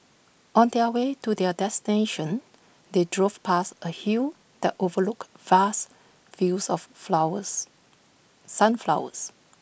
on their way to their destination they drove past A hill that overlooked vast fields of flowers sunflowers